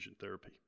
therapy